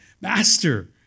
master